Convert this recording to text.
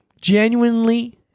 Genuinely